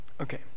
okay